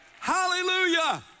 Hallelujah